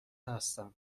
هستم